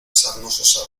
sarnosos